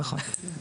נכון.